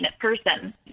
person